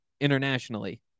internationally